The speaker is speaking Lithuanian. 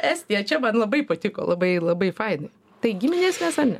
estija čia man labai patiko labai labai faina tai giminės mes ar ne